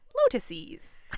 Lotuses